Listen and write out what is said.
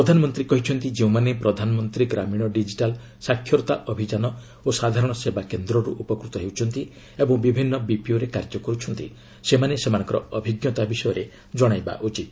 ପ୍ରଧାନମନ୍ତ୍ରୀ କହିଛନ୍ତି ଯେଉଁମାନେ ପ୍ରଧାନମନ୍ତ୍ରୀ ଗ୍ରାମୀଣ ଡିକିଟାଲ୍ ସାକ୍ଷରତା ଅଭିଯାନ ଓ ସାଧାରଣ ସେବାକେନ୍ଦ୍ରରୁ ଉପକୃତ ହେଉଛନ୍ତି ଏବଂ ବିଭିନ୍ନ ବିପିଓରେ କାର୍ଯ୍ୟ କରୁଛନ୍ତି ସେମାନେ ସେମାନଙ୍କର ଅଭିଜ୍ଞତା ବିଷୟରେ ଜଣାଇବା ଉଚିତ